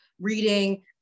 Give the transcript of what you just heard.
reading